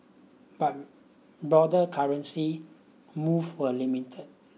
but broader currency moves were limited